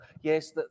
Yes